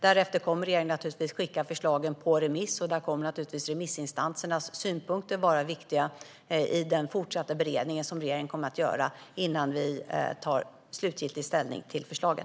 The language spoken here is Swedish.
Därefter kommer regeringen att skicka förslagen på remiss, och remissinstansernas synpunkter kommer att vara viktiga i den fortsatta beredning som regeringen kommer att göra innan vi tar slutgiltig ställning till förslagen.